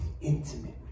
intimate